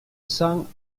cents